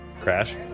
Crash